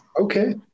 Okay